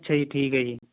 ਅੱਛਾ ਜੀ ਠੀਕ ਹੈ ਜੀ